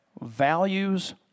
values